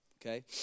Okay